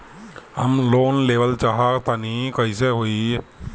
हम लोन लेवल चाह तानि कइसे होई?